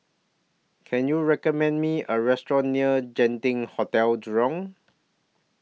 Can YOU recommend Me A Restaurant near Genting Hotel Jurong